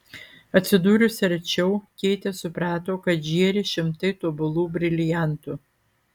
atsidūrusi arčiau keitė suprato kad žėri šimtai tobulų briliantų